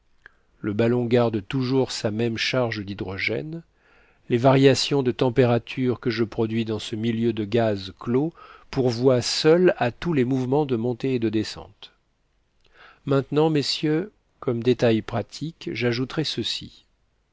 le ballon garde toujours sa même charge d'hydrogène les varia tions de température que je produis dans ce milieu de gaz clos pourvoient seules à tous ses mouvements de montée et de descente maintenant messieurs comme détail pratique j'ajouterai ceci